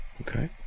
Okay